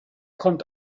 kommt